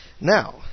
Now